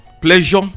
pleasure